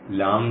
അതിനാൽ λ